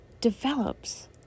develops